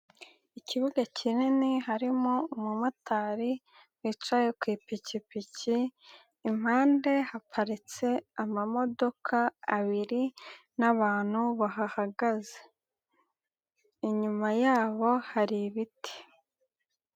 Ikibuga kinini harimo umumotari wicaye ku ipikipiki, impande haparitse amamodoka abiri n'abantu bahahagaze inyuma yabo hari ibiti.